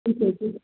ਠੀਕ ਐ ਜੀ